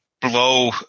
blow